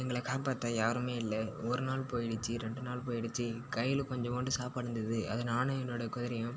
எங்களை காப்பாற்ற யாருமே இல்லை ஒரு நாள் போயிடுச்சு ரெண்டு நாள் போயிடுச்சு கையில் கொஞ்சண்டு சாப்பாடு இருந்தது அதை நானும் என்னோடய குதிரையும்